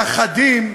לאחדים,